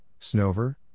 Snover